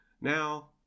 Now